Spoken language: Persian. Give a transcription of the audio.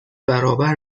برابر